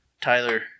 Tyler